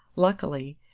luckily,